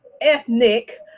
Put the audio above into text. ethnic